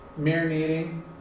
marinating